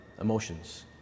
emotions